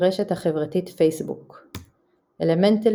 ברשת החברתית פייסבוק אלמנטלי,